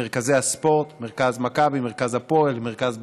מרכזי הספורט: מרכז מכבי, מרכז הפועל, מרכז בית"ר,